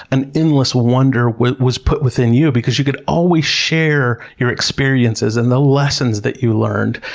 an endless wonder was was put within you because you could always share your experiences and the lessons that you learned.